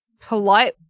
polite